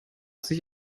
sich